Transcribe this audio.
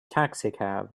taxicab